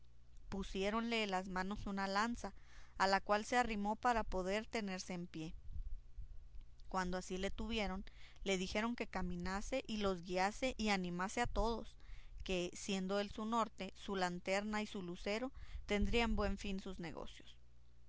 pusiéronle en las manos una lanza a la cual se arrimó para poder tenerse en pie cuando así le tuvieron le dijeron que caminase y los guiase y animase a todos que siendo él su norte su lanterna y su lucero tendrían buen fin sus negocios